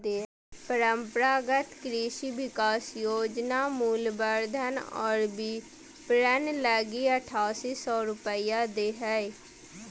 परम्परागत कृषि विकास योजना के मूल्यवर्धन और विपरण लगी आठासी सौ रूपया दे हइ